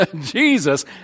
Jesus